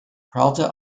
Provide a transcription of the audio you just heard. peralta